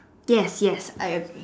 yes yes I agree